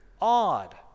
odd